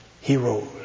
Heroes